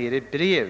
härtill.